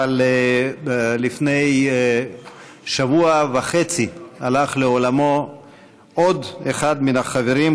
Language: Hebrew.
אבל לפני שבוע וחצי הלך לעולמו עוד אחד מן החברים,